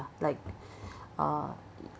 like uh